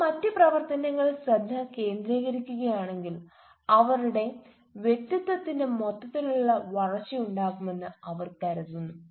അവർ മറ്റ് പ്രവർത്തനങ്ങളിൽ ശ്രദ്ധ കേന്ദ്രീകരിക്കുകയാണെങ്കിൽ അവരുടെ വ്യക്തിത്വത്തിന്റെ മൊത്തത്തിലുള്ള വളർച്ചയുണ്ടാകുമെന്ന് അവർ കരുതുന്നു